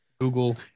Google